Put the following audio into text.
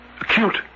Acute